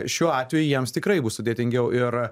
šiuo atveju jiems tikrai bus sudėtingiau ir